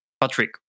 Patrick